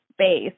space